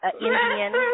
Indian